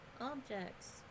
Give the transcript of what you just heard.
objects